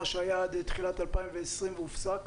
מה שהיה עד תחילת 2020 והופסק?